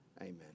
amen